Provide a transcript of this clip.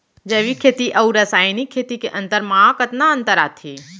जैविक खेती अऊ रसायनिक खेती के लागत मा कतना अंतर आथे?